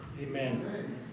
Amen